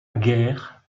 guerre